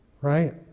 right